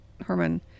Herman